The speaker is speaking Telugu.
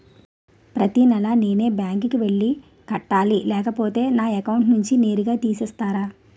ప్రతి నెల నేనే బ్యాంక్ కి వెళ్లి కట్టాలి లేకపోతే నా అకౌంట్ నుంచి నేరుగా తీసేస్తర?